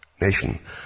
Nation